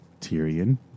Tyrion